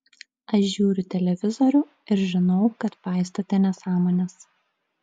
aš žiūriu televizorių ir žinau kad paistote nesąmones